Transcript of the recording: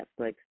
Netflix